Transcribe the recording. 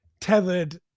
tethered